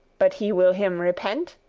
but he will him repent.